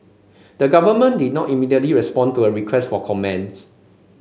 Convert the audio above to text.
the government did not immediately respond to a request for comment